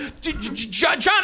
Johnny